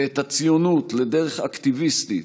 ואת הציונות, לדרך אקטיביסטית,